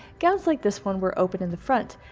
gowns like this one were open in the front,